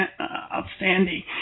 outstanding